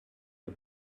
the